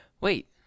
Wait